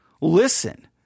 listen